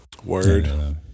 Word